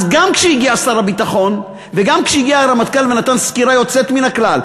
אז גם כשהגיע שר הביטחון וגם כשהגיע הרמטכ"ל ונתן סקירה יוצאת מן הכלל,